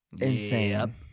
insane